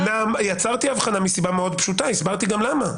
-- יצרתי הבחנה מסיבה מאוד פשוטה והסברתי גם למה.